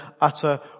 utter